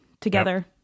together